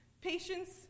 Patience